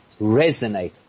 resonate